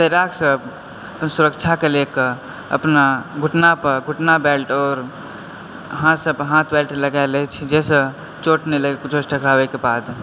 तैराक सब अपन सुरक्षाके लएके अपना घुटना पर घुटना बेल्ट आओर हाथ सब पर हाथ बेल्ट लगा लैत अछि जाहिसॅं चोट नई लगैया किछो सॅं टकराबै के बाद